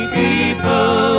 people